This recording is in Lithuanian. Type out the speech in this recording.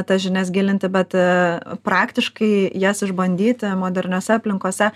tas žinias gilinti bet praktiškai jas išbandyti moderniose aplinkose